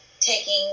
taking